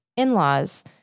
in-laws